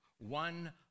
one